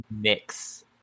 mix